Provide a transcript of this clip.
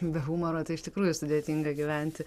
be humoro tai iš tikrųjų sudėtinga gyventi